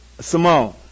Simone